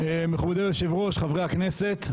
מכובדי היושב-ראש, חברי הכנסת.